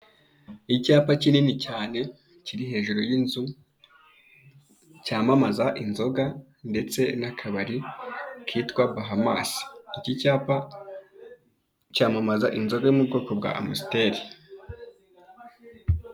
Icyapa kinini cyane, kiri hejuru y'inzu cyamamaza inzoga ndetse n'akabari kitwa Bahamas, iki cyapa cyamamaza inzoga mu bwoko bwa Amstel.